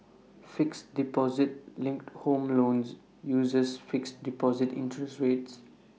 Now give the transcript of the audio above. fixed deposit linked home loans uses fixed deposit interest rates